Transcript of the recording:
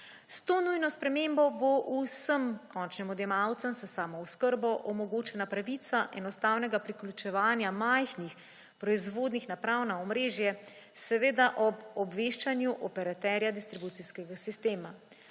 S to nujno spremembo bo vsem končnim odjemalcem za samooskrbo omogočena pravica enostavnega priključevanja majhnih proizvodnih naprav na omrežje, seveda ob obveščanju operaterja distribucijskega sistema.